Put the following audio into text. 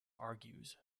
argues